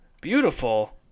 beautiful